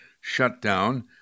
shutdown